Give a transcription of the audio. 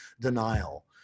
denial